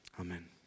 Amen